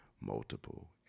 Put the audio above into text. multiple